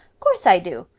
course i do.